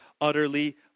utterly